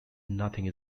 nothing